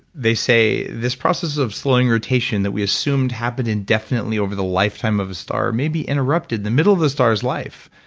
they say this process of slowing rotation that we assumed happened indefinitely over the lifetime of the star maybe interrupted the middle of the star's life.